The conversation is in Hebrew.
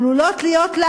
עלולות להיות לה